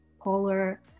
polar